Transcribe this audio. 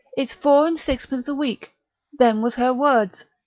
it's four-and-sixpence a week' them was her words.